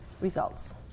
results